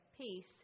Peace